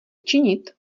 činit